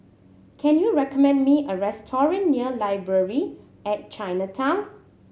can you recommend me a restaurant near Library at Chinatown